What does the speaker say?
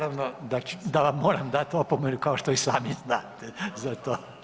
Naravno da vam moram dati opomenu kao što i sami znate za to.